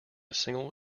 single